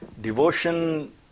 Devotion